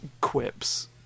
quips